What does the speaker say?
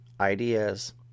ideas